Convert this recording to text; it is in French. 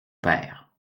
pères